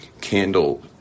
candle